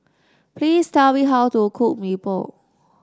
please tell me how to cook Mee Pok